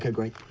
great.